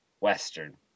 western